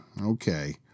okay